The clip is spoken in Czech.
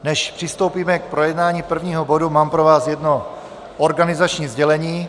Než přistoupíme k projednávání prvního bodu, mám pro vás jedno organizační sdělení.